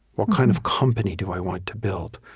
what kind of company do i want to build?